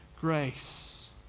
grace